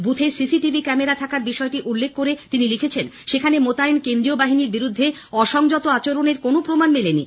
বুথে CCTV camera থাকার বিষয়টি উল্লেখ করে তিনি লিখেছেন সেখানে মোতায়েন কেন্দ্রীয় বাহিনীর বিরুদ্ধে অসংযত আচরণের কোনো প্রমাণ মেলেনি